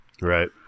Right